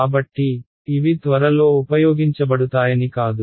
కాబట్టి ఇవి త్వరలో ఉపయోగించబడుతాయని కాదు